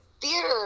theater